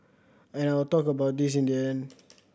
and I will talk about this in the end